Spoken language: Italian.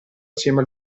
assieme